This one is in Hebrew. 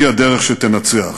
היא הדרך שתנצח.